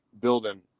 building